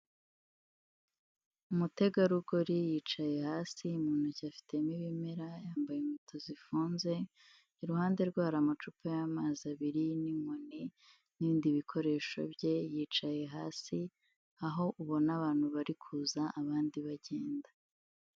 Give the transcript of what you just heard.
Umutegarugori yicaye hasi, mu ntoki afitemo ibimera, yambaye inkweto zifunze, iruhande rwe hari amacupa y'amazi abiri n'inkoni n'ibindi bikoresho bye, yicaye hasi aho ubona abantu bari kuza abandi bagenda.